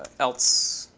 else.